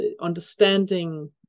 understanding